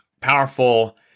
powerful